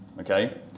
Okay